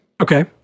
Okay